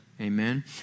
Amen